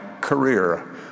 career